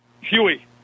Huey